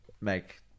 make